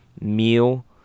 meal